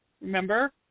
Remember